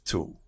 Two